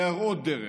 להראות דרך",